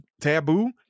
taboo